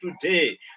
today